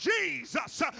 Jesus